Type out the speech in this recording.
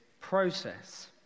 process